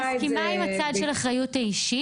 אני מסכימה עם הצד של האחריות האישית,